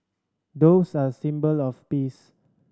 doves are a symbol of peace